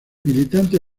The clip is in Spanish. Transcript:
militante